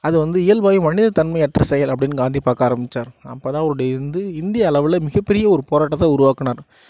அதை வந்து இயல்பாகவே மனித தன்மை அற்ற செயல் அப்படினு காந்தி பார்க்க ஆரம்பித்தாரு அப்போ தான் அவருடைய இந்து இந்திய அளவில் மிக பெரிய ஒரு போராட்டத்தை உருவாக்கினாரு